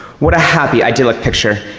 what happy ideallick picture,